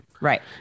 Right